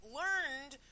learned